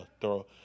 throw